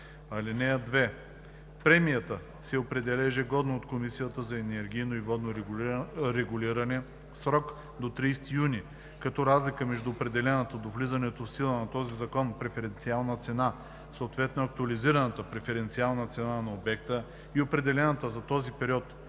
г. (2) Премията се определя ежегодно от Комисията за енергийно и водно регулиране в срок до 30 юни като разлика между определената до влизането в сила на този закон преференциална цена, съответно актуализираната преференциална цена на обекта, и определената за този период